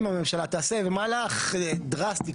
אם הממשלה תעשה מהלך דרסטי,